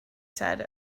said